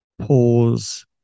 pause